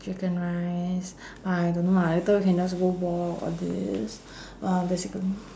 chicken rice !wah! I don't know lah later we can just go walk all this !wah! basically